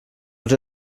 els